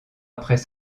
après